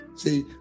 See